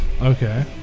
Okay